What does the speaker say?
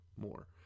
more